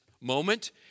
moment